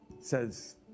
says